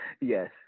Yes